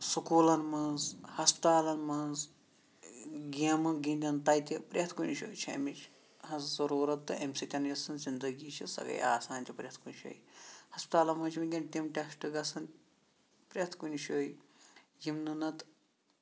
سکوٗلَن منٛز ہَسپتالَن منٛز گیمہٕ گِںٛدن تَتہِ پرٛٮ۪تھ کُنہِ جٲے چھِ اَمِچ ہنٛز ضروٗرت تہٕ اَمہِ سۭتۍ یوٚس سٲنۍ زِندگی چھِ سۄ گٔے آسان تہِ پرٛٮ۪تھ کُنہِ جٲے ہَسپَتالَن منٛز چھِ وٕنکیٚن تِم ٹیٚسٹ گژھان پرٛٮ۪تھ کُنہِ جٲے یِم نہٕ نَتہٕ